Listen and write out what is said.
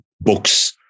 books